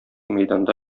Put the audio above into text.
мәйданда